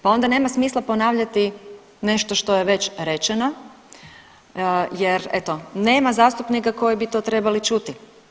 Pa onda nema smisla ponavljati nešto što je već rečeno jer eto nema zastupnika koji bi to trebali čuti.